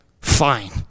fine